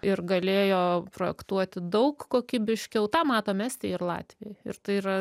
ir galėjo projektuoti daug kokybiškiau tą matom estijoj ir latvijoj ir tai yra